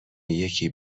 یکی